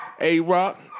A-Rock